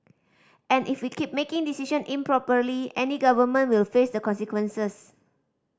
and if we keep making decision improperly any government will face the consequences